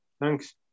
thanks